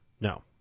No